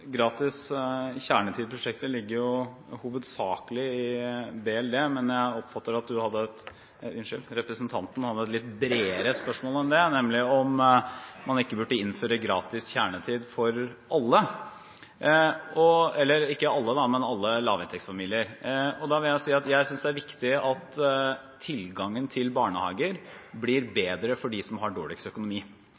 Gratis kjernetid-prosjektet ligger hovedsakelig i Barne-, likestillings- og inkluderingsdepartementet, men jeg oppfatter at representanten hadde et litt bredere spørsmål enn det, nemlig om man ikke burde innføre gratis kjernetid for alle lavinntektsfamilier. Til det vil jeg si at jeg synes det er viktig at tilgangen til barnehager blir